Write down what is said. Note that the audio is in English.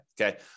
Okay